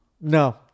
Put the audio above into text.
No